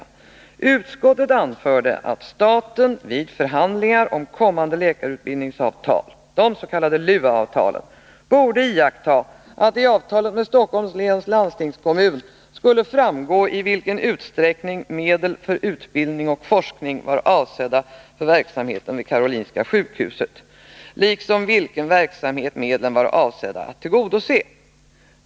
Utskottet anförde att staten vid förhandlingar om kommande läkarutbildningsavtal — de s.k. LUA-avtalen — borde iaktta att det i avtalet med Stockholms läns landstingskommun skulle framgå i vilken utsträckning medel för utbildning och forskning var avsedda för verksamheten vid Karolinska sjukhuset — förkortat KS — liksom vilken verksamhet medlen var avsedda att tillgodose.